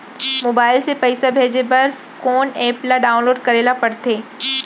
Mobile से पइसा भेजे बर कोन एप ल डाऊनलोड करे ला पड़थे?